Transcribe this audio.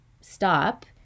stop